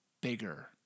bigger